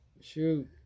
Shoot